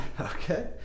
Okay